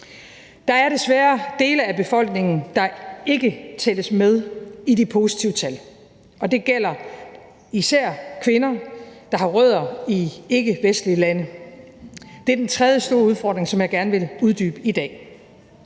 Der er desværre dele af befolkningen, der ikke tælles med i de positive tal, og det gælder især kvinder, der har rødder i ikkevestlige lande. Det er den tredje store udfordring, som jeg gerne vil uddybe i dag.